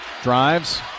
Drives